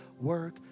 work